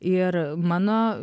ir mano